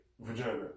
vagina